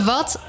Wat